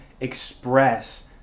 express